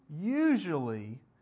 usually